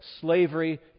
Slavery